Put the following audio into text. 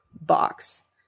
box